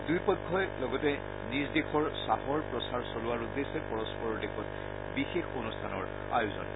দুয়োপক্ষই লগতে নিজ দেশৰ চাহৰ প্ৰচাৰ চলোৱাৰ উদ্দেশ্যে পৰস্পৰৰ দেশত বিশেষ অনুষ্ঠানৰ আয়োজন কৰিব